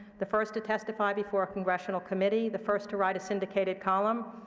the first to testify before a congressional committee, the first to write a syndicated column,